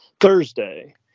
Thursday